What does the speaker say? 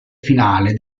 finale